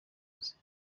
azi